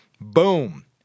Boom